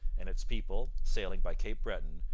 and its people, sailing by cape breton,